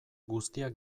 guztiak